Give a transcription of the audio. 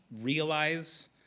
realize